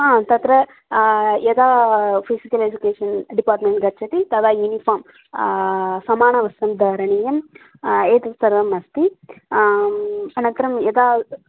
हा तत्र यदा फ़िसिकल् एज्युकेशन् डिपार्ट्मेण्ट् गच्छति तदा यूनिफ़ां समानं वस्त्रं धारणीयम् एतत् सर्वम् अस्ति अनन्तरं यदा